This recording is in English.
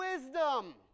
wisdom